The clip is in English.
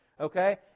Okay